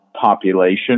population